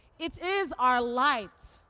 it is our light,